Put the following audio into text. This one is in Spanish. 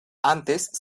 antes